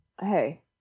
hey